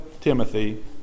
Timothy